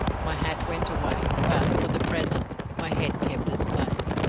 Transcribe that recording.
my hat went away, but, for the present, my head kept its place.